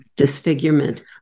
disfigurement